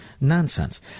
nonsense